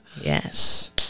Yes